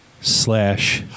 slash